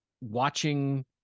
watching